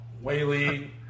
Whaley